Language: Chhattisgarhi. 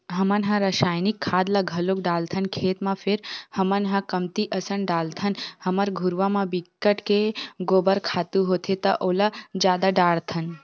हमन ह रायसायनिक खाद ल घलोक डालथन खेत म फेर हमन ह कमती असन डालथन हमर घुरूवा म बिकट के गोबर खातू होथे त ओला जादा डारथन